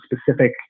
specific